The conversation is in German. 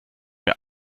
mir